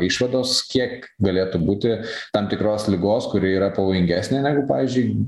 išvados kiek galėtų būti tam tikros ligos kuri yra pavojingesnė negu pavyzdžiui